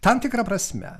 tam tikra prasme